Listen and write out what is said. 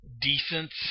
decent